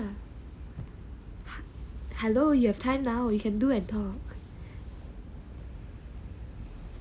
hello you have time now you can do and talk